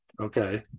okay